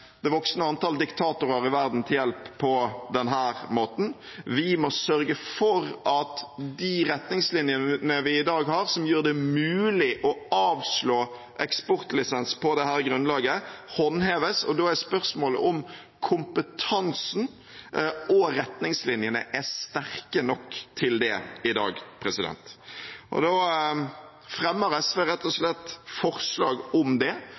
det voksende antall diktatorer i verden til hjelp på denne måten. Vi må sørge for at de retningslinjene vi i dag har, som gjør det mulig å avslå eksportlisens på dette grunnlaget, håndheves. Da er spørsmålet om kompetansen og retningslinjene er sterke nok til det i dag. Da fremmer SV rett og slett forslag om det